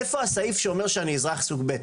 איפה הסעיף שאומר שאני אזרח סוג ב'?